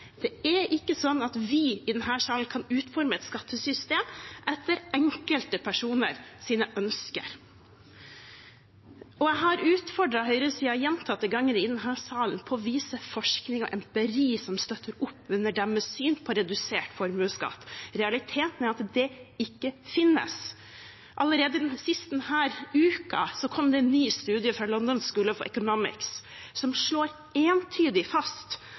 Vi i denne salen kan ikke utforme et skattesystem etter enkelte personers ønsker. Jeg har utfordret høyresiden gjentatte ganger i denne salen til å vise forskning og empiri som støtter opp under deres syn på redusert formuesskatt. Realiteten er at det ikke finnes. Senest denne uken kom det en ny studie fra London School of Economics som entydig slår fast